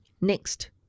Next